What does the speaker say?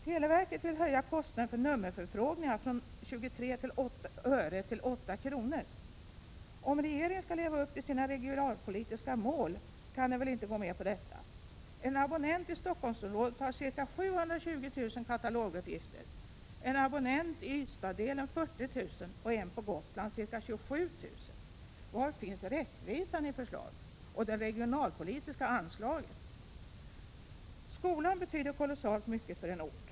Televerket vill höja kostnaden för nummerförfrågningar från 23 öre till 8 kr. Om regeringen skall leva upp till sina regionalpolitiska mål kan den väl inte gå med på detta? En abonnent i Stockholmsområdet har ca 720 000 kataloguppgifter, en abonnent som har Ystadsdelen har 40 000 och en på Gotland ca 27 000. Var finns rättvisan och det regionalpolitiska ansvaret i det förslaget? Skolan betyder kolossalt mycket för en ort.